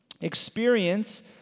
Experience